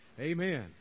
Amen